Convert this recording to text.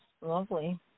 lovely